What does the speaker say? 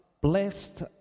blessed